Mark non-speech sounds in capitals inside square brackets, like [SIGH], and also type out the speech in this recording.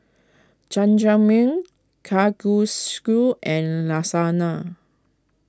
Jajangmyeon [UNINTELLIGIBLE] and Lasagna